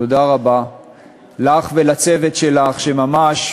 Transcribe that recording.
תודה רבה לך ולצוות שלך שממש,